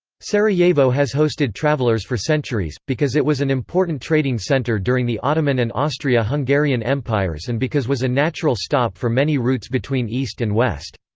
sarajevo has hosted travellers for centuries, because it was an important trading center during the ottoman and austria-hungarian empires and because was a natural stop for many routes between east and west.